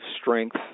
strength